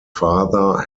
father